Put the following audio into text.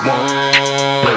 One